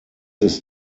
ist